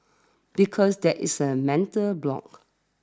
because there's a mental block